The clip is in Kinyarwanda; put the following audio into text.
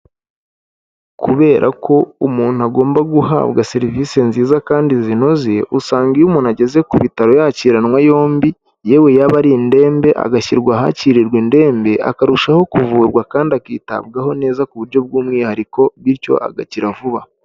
Kubera ko umuntu agomba guhabwa serivisi nziza kandi zinoze usanga iyo umuntu ageze ku bitaro yakiranwe yombi, yewe yaba ari indembe agashyirwa ahakirirwa indembe akarushaho kuvurwa kandi akitabwaho neza ku buryo bw'umwihariko bityo agakira vuba.